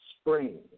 spring